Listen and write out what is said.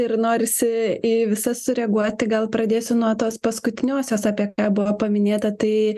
ir norisi į visas sureaguoti gal pradėsiu nuo tos paskutiniosios apie ką buvo paminėta tai